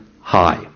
high